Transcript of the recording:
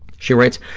she writes,